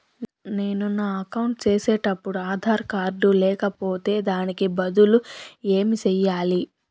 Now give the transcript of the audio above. నేను నా అకౌంట్ సేసేటప్పుడు ఆధార్ కార్డు లేకపోతే దానికి బదులు ఏమి సెయ్యాలి?